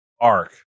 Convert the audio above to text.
ARC